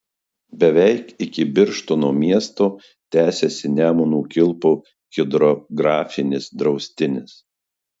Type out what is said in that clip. beveik iki birštono miesto tęsiasi nemuno kilpų hidrografinis draustinis